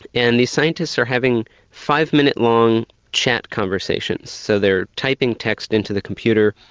and the scientists are having five minute long chat conversations. so they're typing text into the computer,